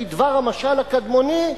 כדבר המשל הקדמוני,